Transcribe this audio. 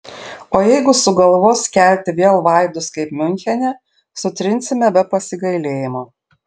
o jeigu sugalvos kelti vėl vaidus kaip miunchene sutrinsime be pasigailėjimo